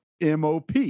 MOP